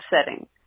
setting